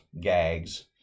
gags